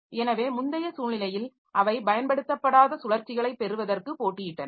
எனவே முந்தைய சூழ்நிலையில் அவை பயன்படுத்தப்படாத சுழற்சிகளைப் பெறுவதற்கு போட்டியிட்டன